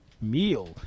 meal